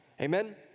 Amen